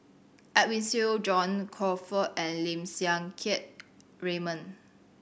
Edwin Siew John Crawfurd and Lim Siang Keat Raymond